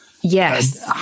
Yes